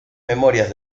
memorias